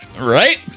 right